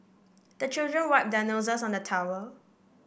the children wipe their noses on the towel